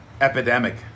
epidemic